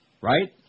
right